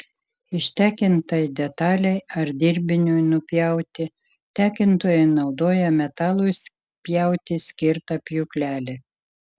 ištekintai detalei ar dirbiniui nupjauti tekintojai naudoja metalui pjauti skirtą pjūklelį